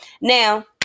Now